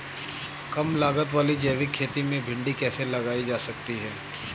कम लागत वाली जैविक खेती में भिंडी कैसे लगाई जा सकती है?